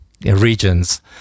regions